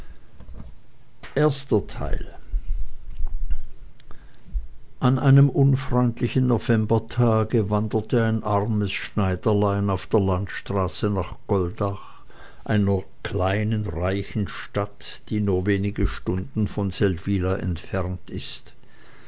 an einem unfreundlichen novembertage wanderte ein armes schneiderlein auf der landstraße nach goldach einer kleinen reichen stadt die nur wenige stunden von seldwyla entfernt ist